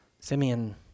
Simeon